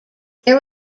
there